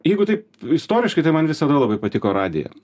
jeigu taip istoriškai tai man visada labai patiko radija